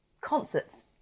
concerts